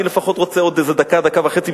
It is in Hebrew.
אני רוצה לפחות עוד דקה דקה וחצי,